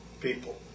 people